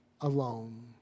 alone